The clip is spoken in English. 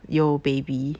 有 baby